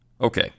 Okay